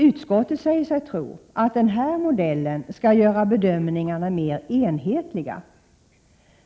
Utskottet säger sig tro att denna modell skall göra bedömningarna mer enhetliga.